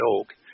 oak